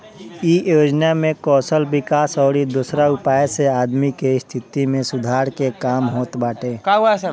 इ योजना में कौशल विकास अउरी दोसरा उपाय से आदमी के स्थिति में सुधार के काम होत बाटे